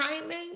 timing